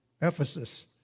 Ephesus